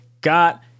got